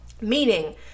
Meaning